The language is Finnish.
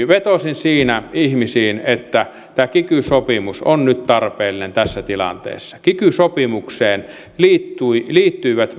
vetosin siinä ihmisiin että tämä kiky sopimus on nyt tarpeellinen tässä tilanteessa kiky sopimukseen liittyivät liittyivät